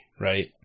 right